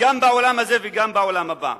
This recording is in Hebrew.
גם בעולם הזה וגם בעולם הבא.